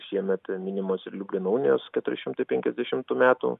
šiemet minimos ir liublino unijos keturi šimtai penkiasdešimtų metų